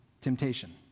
temptation